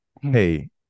hey